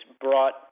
brought